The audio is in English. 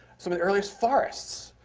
some of the earliest forests.